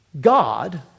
God